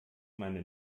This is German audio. meine